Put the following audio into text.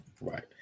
Right